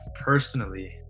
personally